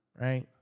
right